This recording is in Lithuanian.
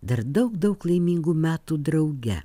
dar daug daug laimingų metų drauge